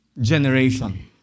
generation